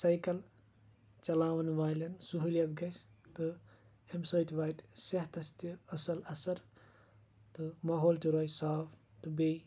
cycle چَلاوَں والؠن سہولِیَت گَژِھ تہٕ امہِ سۭتۍ واتہِ صِحتَس تہِ اَصٕل اَثر تہٕ ماحول تہِ رُوزِ صاف تہٕ بیٚیہِ